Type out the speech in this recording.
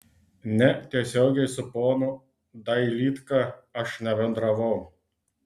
ne tiesiogiai su ponu dailydka aš nebendravau